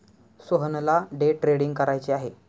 सोहनला day trading करायचे आहे